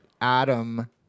Adam